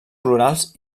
florals